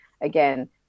Again